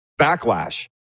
backlash